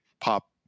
pop